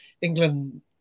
England